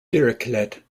dirichlet